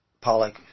Pollock